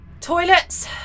toilets